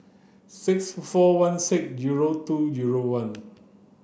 six four one six zero two zero one